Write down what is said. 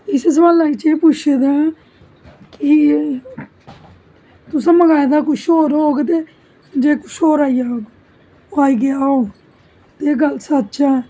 इस सुआले च एह् पुच्छे दा कि तुस मगांए दा कुछ और होग ते आई कुछ होर जाग आई गया होग ते गल सच ऐ